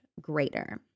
greater